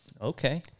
Okay